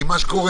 כי מה שקורה,